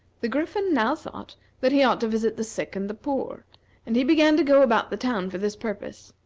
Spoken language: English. the griffin now thought that he ought to visit the sick and the poor and he began to go about the town for this purpose.